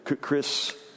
Chris